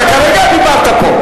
אתה כרגע דיברת פה.